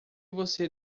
você